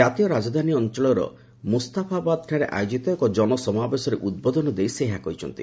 କାତୀୟ ରାଜଧାନୀ ଅଞ୍ଚଳରେ ମୁସ୍ତାଫାବାଦଠାରେ ଆୟୋଜିତ ଏକ ଜନସମାବେଶରେ ଉଦ୍ବୋଧନ ଦେଇ ସେ ଏହା କହିଛନ୍ତି